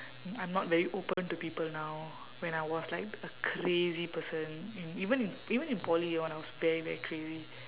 I'm not very open to people now when I was like a crazy person in even in even in poly when I was very very crazy